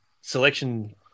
selection